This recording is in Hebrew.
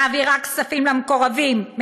מעבירה כספים למקורבים,